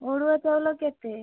ଅରୁଆ ଚାଉଳ କେତେ